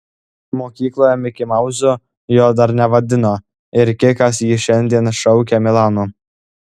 mokykloje mikimauzu jo dar nevadino ir kikas jį šiandien šaukė milanu